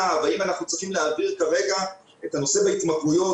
והאם אנחנו צריכים להעביר כרגע את הנושא בהתמכרויות